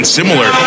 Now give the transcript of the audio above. similar